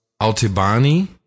Altibani